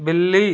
बिल्ली